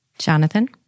Jonathan